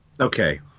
okay